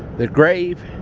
the grave,